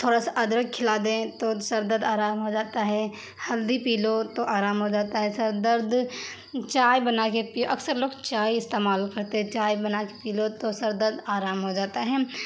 تھوڑا سا ادرک کھلا دیں تو سر درد آرام ہو جاتا ہے ہلدی پی لو تو آرام ہو جاتا ہے سر درد چائے بنا کے پیو اکثر لوگ چائے استعمال کرتے ہیں چائے بنا کے پی لو تو سر درد آرام ہو جاتا ہے